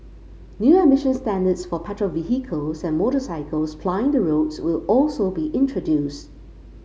new emission standards for petrol vehicles and motorcycles plying the roads will also be introduced